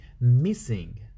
missing